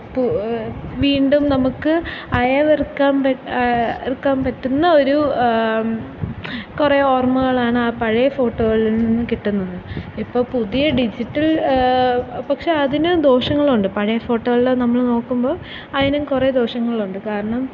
ഇപ്പം ഈ വീണ്ടും നമുക്ക് അയവിറക്കാൻ അറക്കാൻ പറ്റുന്ന ഒരു കുറേ ഓർമ്മകളാണ് ആ പഴയ ഫോട്ടോകളിൽ നിന്നും കിട്ടുന്നത് ഇപ്പോൾ പുതിയ ഡിജിറ്റൽ പക്ഷേ അതിനു ദോഷങ്ങളുണ്ട് പഴയ ഫോട്ടോകൾ നമ്മൾ നോക്കുമ്പോൾ അതിനും കുറെ ദോഷങ്ങളുണ്ട് കാരണം